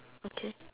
okay